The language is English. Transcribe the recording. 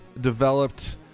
developed